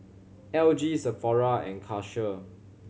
L G Sephora and Karcher